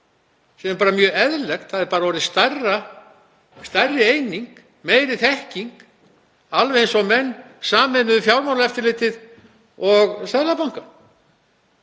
sem er mjög eðlilegt. Það er bara orðið stærra, stærri eining, meiri þekking, alveg eins og menn sameinuðu Fjármálaeftirlitið og Seðlabankann.